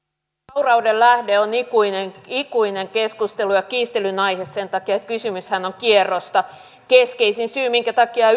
vaurauden lähde on ikuinen ikuinen keskustelu ja kiistelyn aihe sen takia että kysymyshän on kierrosta keskeisin syy minkä takia